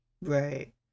Right